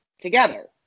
together